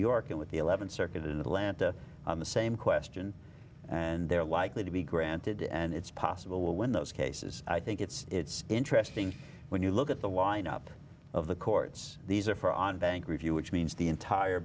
york and with the th circuit in atlanta on the same question and they're likely to be granted and it's possible when those cases i think it's interesting when you look at the lineup of the courts these are for on banc review which means the entire